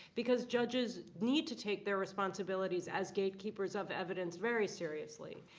because judges need to take their responsibilities as gatekeepers of evidence very seriously.